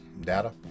data